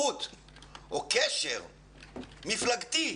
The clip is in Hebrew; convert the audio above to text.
או קשר מפלגתי.